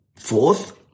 Fourth